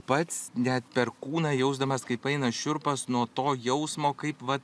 pats net per kūną jausdamas kaip eina šiurpas nuo to jausmo kaip vat